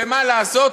שמה לעשות,